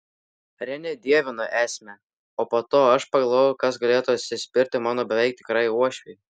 renė dievino esmę o po to aš pagalvojau kas galėtų atsispirti mano beveik tikrai uošvei